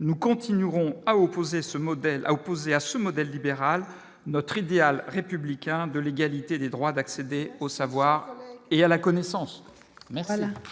ce modèle a opposée à ce modèle libéral notre idéal républicain de l'égalité des droits, d'accéder au savoir et à la connaissance.